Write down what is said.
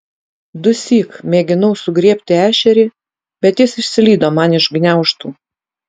dusyk mėginau sugriebti ešerį bet jis išslydo man iš gniaužtų